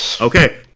okay